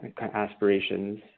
aspirations